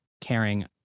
caring